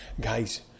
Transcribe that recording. Guys